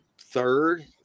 third